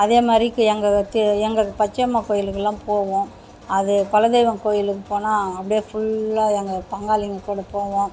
அதேமாதிரிக்கு எங்கள் எங்ள் பச்சையம்மா கோயிலுக்கெல்லாம் போவோம் அது குல தெய்வம் கோவிலுக்கு போனால் அப்படியே ஃபுல்லாக எங்கள் பங்காளிங்க கூட போவோம்